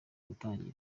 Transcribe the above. gutangira